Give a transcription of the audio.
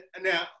Now